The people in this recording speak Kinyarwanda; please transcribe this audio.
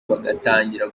bagatangira